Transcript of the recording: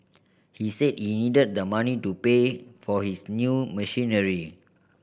he said he needed the money to pay for his new machinery